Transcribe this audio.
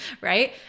right